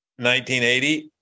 1980